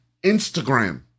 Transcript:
Instagram